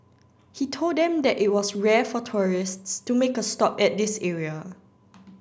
he told them that it was rare for tourists to make a stop at this area